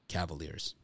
Cavaliers